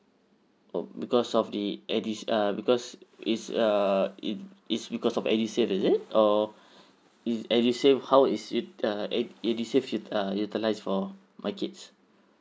oh because of the edu uh because is err it is because of edusave is it or is edusave how is it uh ed~ edusave it uh utilise for my kids